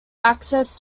access